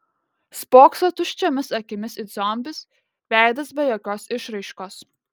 spokso tuščiomis akimis it zombis veidas be jokios išraiškos